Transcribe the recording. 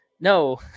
no